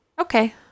okay